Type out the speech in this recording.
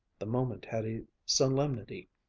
the moment had a solemnity,